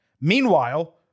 Meanwhile